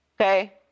okay